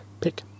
pick